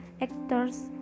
actors